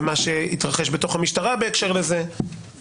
ומה שהתרחש בתוך המשטרה בהקשר לזה,